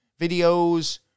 videos